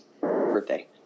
birthday